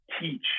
teach